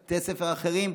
בבתי הספר האחרים,